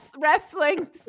wrestling